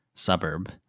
suburb